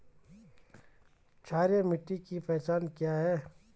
क्षारीय मिट्टी की पहचान क्या है?